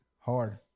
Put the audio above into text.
Hard